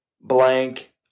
blank